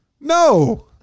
no